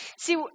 See